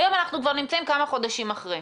היום אנחנו נמצאים כבר כמה חודשים אחרי.